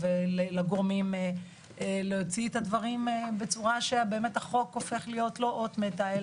ולגורמים להוציא את הדברים בצורה שבאמת החוק הופך להיות לא אות מתה,